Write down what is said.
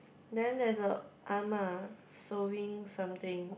then there's a ah ma sewing something